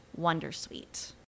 Wondersuite